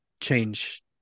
change